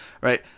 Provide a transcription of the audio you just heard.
Right